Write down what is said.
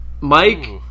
Mike